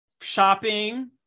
shopping